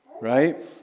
right